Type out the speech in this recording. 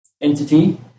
entity